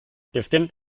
bestimmt